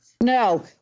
No